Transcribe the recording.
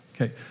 Okay